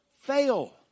fail